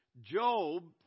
Job